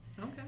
Okay